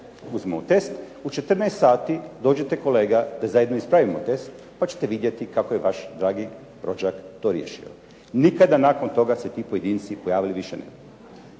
Uzme on test, "u 14 sati dođite kolega da zajedno ispravimo test, pa ćete vidjeti kako je vaš dragi rođak to riješio." Nikada nakon toga se ti pojedinci pojavili više ne